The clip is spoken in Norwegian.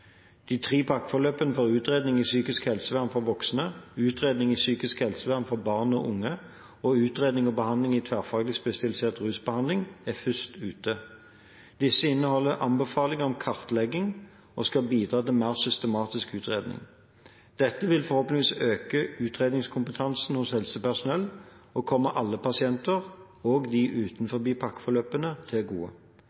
De tre pakkeforløpene for utredning i psykisk helsevern for voksne, utredning i psykisk helsevern for barn og unge og utredning og behandling i tverrfaglig spesialisert rusbehandling er først ute. Disse inneholder anbefalinger om kartlegging og skal bidra til mer systematisk utredning. Dette vil forhåpentligvis øke utredningskompetansen hos helsepersonell og komme alle pasienter – også de